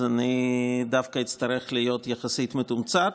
אני דווקא אצטרך להיות יחסית מתומצת.